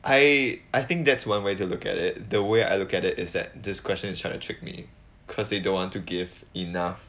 I I think that's one way to look at it the way I look at it is that this question is trying to trick me cause they don't want to give enough